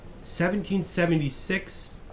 1776